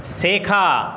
শেখা